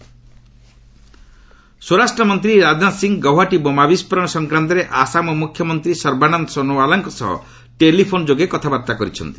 HM Assam ସ୍ୱରାଷ୍ଟ୍ର ମନ୍ତ୍ରୀ ରାଜନାଥ ସିଂ ଗୌହାଟୀ ବୋମା ବିସ୍ଫୋରଣ ସଂକ୍ରାନ୍ତରେ ଆସାମ ମ୍ରଖ୍ୟମନ୍ତ୍ରୀ ସର୍ବାନନ୍ଦ ସୋନୋୱାଲ୍ଙ୍କ ସହ ଟେଲିଫୋନ୍ ଯୋଗେ କଥାବାର୍ତ୍ତା କରିଛନ୍ତି